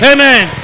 Amen